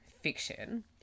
fiction